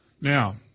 Now